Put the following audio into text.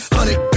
Honey